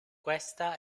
questa